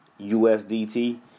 USDT